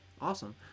awesome